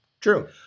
True